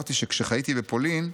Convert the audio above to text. סיפרתי שכשחייתי בפולין,